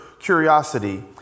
curiosity